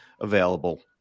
available